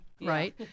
right